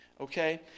Okay